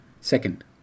Second